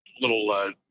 little